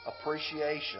appreciation